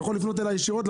הוא יכול לפנות אליי ישירות,